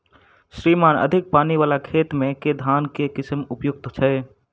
श्रीमान अधिक पानि वला खेत मे केँ धान केँ किसिम उपयुक्त छैय?